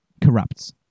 corrupts